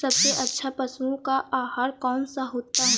सबसे अच्छा पशुओं का आहार कौन सा होता है?